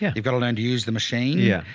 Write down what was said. yeah you've got to learn to use the machine. yeah.